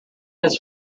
his